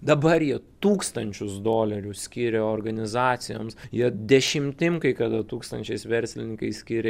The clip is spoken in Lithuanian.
dabar jie tūkstančius dolerių skiria organizacijoms jie dešimtim kai kada tūkstančiais verslininkai skiria